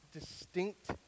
distinct